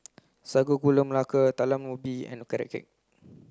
sago gula melaka talam ubi and carrot cake